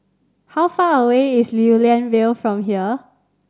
how far away is Lew Lian Vale from here